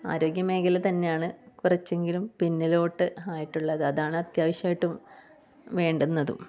ആരോഗ്യമേഖലയിൽ തന്നെയാണ് കുറച്ചെങ്കിലും പിന്നിലോട്ട് ആയിട്ടുള്ളത് അതാണ് അത്യാവശ്യമായിട്ടും വേണ്ടുന്നതും